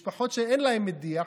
משפחות שאין להן מדיח,